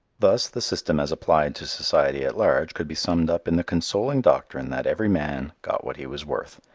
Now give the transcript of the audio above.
thus the system as applied to society at large could be summed up in the consoling doctrine that every man got what he was worth,